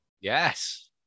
Yes